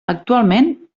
actualment